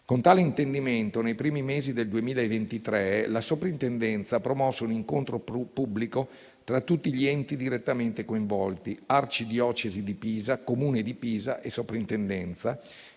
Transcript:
Con tale intendimento, nei primi mesi del 2023, la Soprintendenza ha promosso un incontro pubblico tra tutti gli enti direttamente coinvolti - Arci diocesi di Pisa, comune di Pisa e Soprintendenza